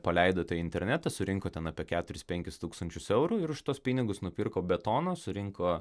paleido tai į internetą surinko ten apie keturis penkis tūkstančius eurų ir už tuos pinigus nupirko betono surinko